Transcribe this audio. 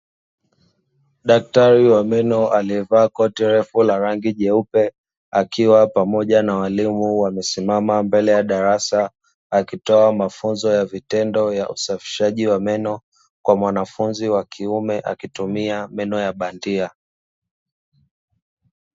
Daktari wa meno aliyevaa koti refu la rangi nyeupe, akiwa pamoja na mwalimu. Wamesimama mbele ya darasa akitoa mafunzo ya vitendo ya usafishaji wa meno kwa mwanafunzi wa kiume akitumia meno ya bandia.